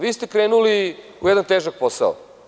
Vi ste krenuli u vrlo težak posao.